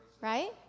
right